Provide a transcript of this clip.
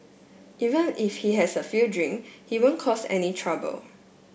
even if he has a few drink he won't cause any trouble